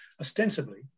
ostensibly